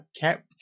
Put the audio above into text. kept